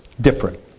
different